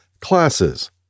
classes